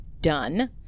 Done